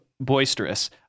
boisterous